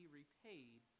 repaid